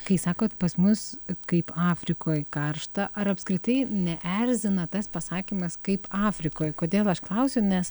kai sakot pas mus kaip afrikoj karšta ar apskritai neerzina tas pasakymas kaip afrikoj kodėl aš klausiu nes